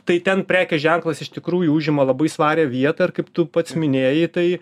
tai ten prekės ženklas iš tikrųjų užima labai svarią vietą ir kaip tu pats minėjai tai